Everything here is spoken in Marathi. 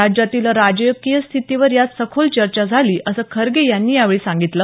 राज्यातील राजकीय स्थितीवर यात सखोल चर्चा झाली असं खरगे यांनी यावेळी सांगितलं